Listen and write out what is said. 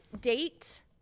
date